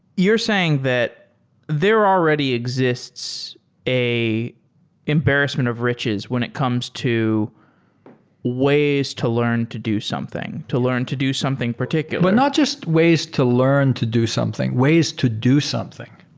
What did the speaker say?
you're saying that there already exists an embarrassment of riches when it comes to ways to learn to do something, to learn to do something particular. but not just ways to learn to do something. ways to do something.